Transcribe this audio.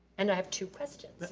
and i have two questions.